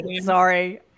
Sorry